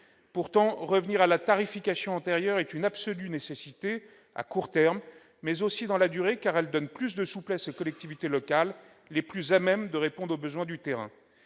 Pourtant, revenir à la tarification antérieure est une absolue nécessité, tant à court terme que dans la durée, car elle donne plus de souplesse aux collectivités locales, les plus à même de répondre aux besoins du terrain.